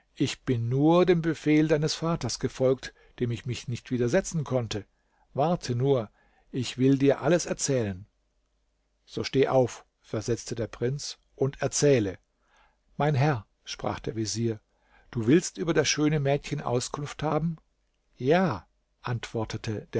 ich bin nur dem befehl deines vaters gefolgt dem ich mich nicht widersetzen konnte warte nur ich will dir alles erzählen so steh auf versetzte der prinz und erzähle mein herr sprach der vezier du willst über das schöne mädchen auskunft haben ja antwortete